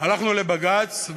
הלכנו לבג"ץ,